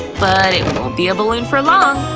but it won't be a balloon for long.